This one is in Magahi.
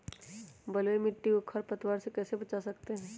बलुई मिट्टी को खर पतवार से कैसे बच्चा सकते हैँ?